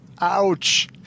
Ouch